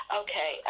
okay